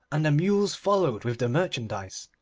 and the mules followed with the merchandise.